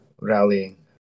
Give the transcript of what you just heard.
rallying